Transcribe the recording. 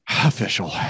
Official